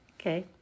Okay